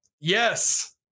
Yes